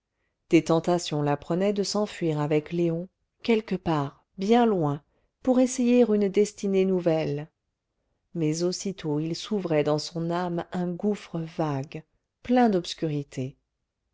des tentations la prenaient de s'enfuir avec léon quelque part bien loin pour essayer une destinée nouvelle mais aussitôt il s'ouvrait dans son âme un gouffre vague plein d'obscurité